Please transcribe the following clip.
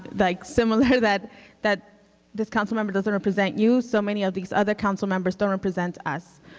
like similar that that this councilmember doesn't represent you, so many of these other councilmembers don't represent us.